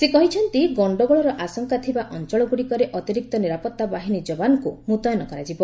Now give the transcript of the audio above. ସେ କହିଛନ୍ତି ଗଣ୍ଡଗୋଳର ଆଶଙ୍କା ଥିବା ଅଞ୍ଚଳଗୁଡ଼ିକରେ ଅତିରିକ୍ତ ନିରାପତ୍ତା ବାହିନୀ ଯବାନ୍ଙ୍କୁ ମୁତୟନ କରାଯିବ